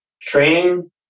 training